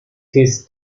his